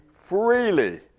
freely